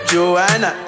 Joanna